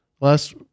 last